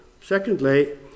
Secondly